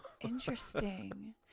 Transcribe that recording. interesting